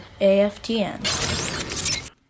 AFTN